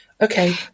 Okay